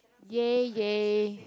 ya ya